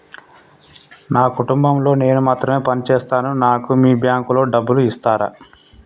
నా కుటుంబం లో నేను మాత్రమే పని చేస్తాను నాకు మీ బ్యాంకు లో డబ్బులు ఇస్తరా?